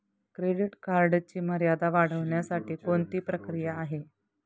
Credit कार्डची मर्यादा वाढवण्यासाठी कोणती प्रक्रिया आहे?